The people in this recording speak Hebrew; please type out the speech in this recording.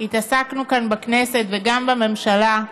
התעסקנו רבות כאן, בכנסת, וגם בממשלה,